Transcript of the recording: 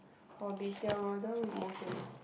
already done most of it